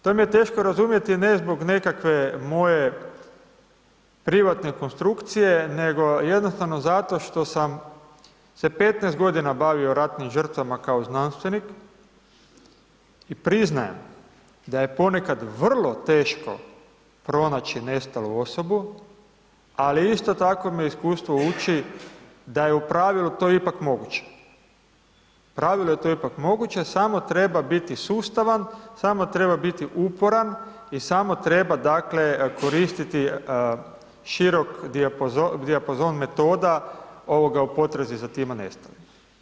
To mi je teško razumjeti ne zbog nekakve moje privatne konstrukcije, nego jednostavno zato što sam se 15.g. bavio ratnim žrtvama kao znanstvenik i priznajem da je ponekad vrlo teško pronaći nestalu osobu, ali isto tako me iskustvo uči da je u pravilu to ipak moguće, u pravilu je to ipak moguće, samo treba biti sustavan, samo treba biti uporan i samo treba, dakle, koristit širok dijapazon metoda u potrazi za tima nestalima.